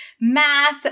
math